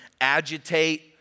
agitate